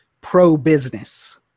pro-business